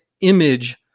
image